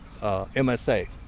MSA